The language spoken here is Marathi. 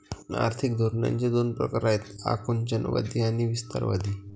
आर्थिक धोरणांचे दोन प्रकार आहेत आकुंचनवादी आणि विस्तारवादी